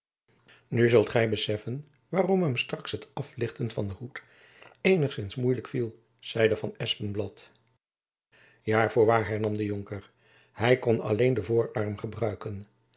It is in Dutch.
nu zult gy beseffen waarom hem straks het aflichten van den hoed eenigzins moeilijk viel zeide van espenblad ja voorwaar hernam de jonker hy kon alleen den voorarm gebruiken